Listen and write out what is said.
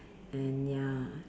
and ya